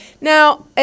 Now